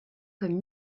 comme